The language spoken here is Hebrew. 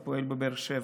הפועל בבאר שבע.